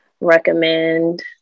recommend